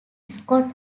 scott